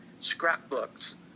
scrapbooks